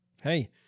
hey